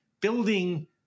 building